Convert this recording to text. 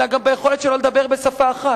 אלא גם ביכולת שלו לדבר בשפה אחת.